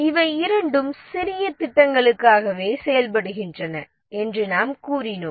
இவை இரண்டும் சிறிய திட்டங்களுக்காகவே செயல்படுகின்றன என்று நாம் கூறினோம்